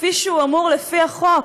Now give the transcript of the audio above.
כפי שהוא אמור לפי החוק,